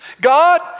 God